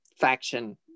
faction